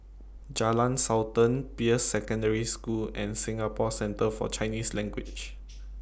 Jalan Sultan Peirce Secondary School and Singapore Centre For Chinese Language